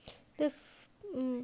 the um